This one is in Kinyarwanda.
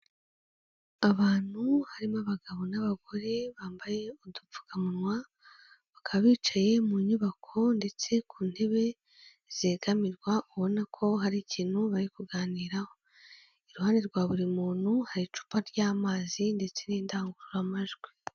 Abantu harimo abagabo n'abagore bambaye udupfukamunwa, bakaba bicaye mu nyubako ndetse ku ntebe zegamirwa, ubona ko hari ikintu bari kuganiraho. Iruhande rwa buri muntu hari icupa ry'amazi ndetse n'indangururamajwi.